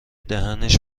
دهنش